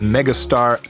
Megastar